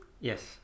Yes